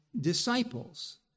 disciples